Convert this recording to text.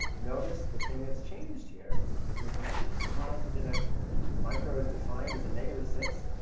notice, the thing that's changed here is we now have a positive exponent. micro is defined as a negative six,